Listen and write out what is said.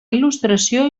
il·lustració